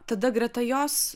tada greta jos